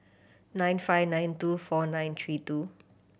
nine five nine two four nine three two